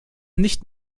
nicht